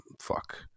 fuck